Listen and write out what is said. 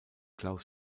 klaus